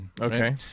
okay